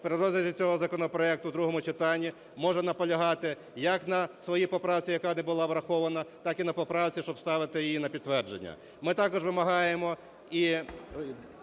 розгляді цього законопроекту в другому читанні може наполягати як на своїй поправці, яка не була врахована, так і на поправці, щоб ставити її на підтвердження. Ми також вимагаємо і